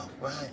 right